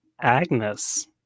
Agnes